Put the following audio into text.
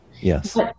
Yes